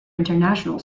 international